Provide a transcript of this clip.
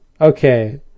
Okay